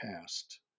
past